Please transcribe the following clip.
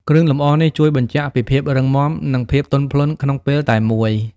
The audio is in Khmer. គ្រឿងលម្អនេះជួយបញ្ជាក់ពីភាពរឹងមាំ និងភាពទន់ភ្លន់ក្នុងពេលតែមួយ។